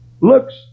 looks